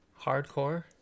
Hardcore